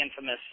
infamous